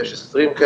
יש עשרים כאלה,